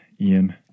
Ian